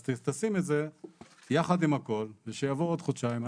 אז תשים את זה יחד עם הכל ושיבואו עוד חודשיים.